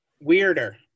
Weirder